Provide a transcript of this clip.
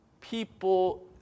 People